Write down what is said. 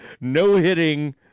no-hitting